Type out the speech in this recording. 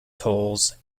tolls